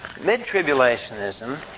Mid-tribulationism